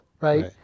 Right